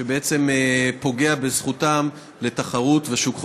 שבעצם פוגע בזכותם לתחרות ושוק חופשי.